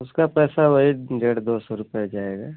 उसका पैसा वही डेढ़ दो सौ रुपये जाएगा